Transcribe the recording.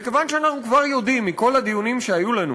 וכיוון שאנחנו כבר יודעים, מכל הדיונים שהיו לנו,